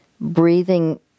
breathing